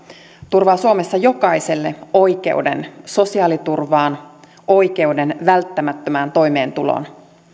turvaa suomessa jokaiselle oikeuden sosiaaliturvaan oikeuden välttämättömään toimeentuloon